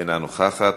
אינה נוכחת,